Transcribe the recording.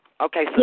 Okay